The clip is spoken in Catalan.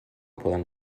poden